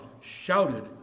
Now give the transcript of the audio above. shouted